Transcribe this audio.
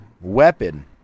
weapon